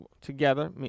together